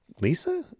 Lisa